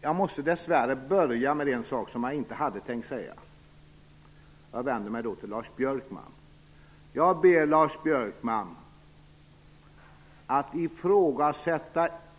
Herr talman! Jag måste börja med en sak som jag inte hade tänkt säga. Jag vänder mig till Lars Björkman: